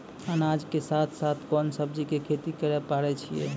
अनाज के साथ साथ कोंन सब्जी के खेती करे पारे छियै?